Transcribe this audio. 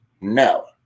no